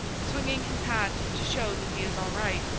swinging his hat to show that he is all right.